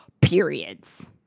periods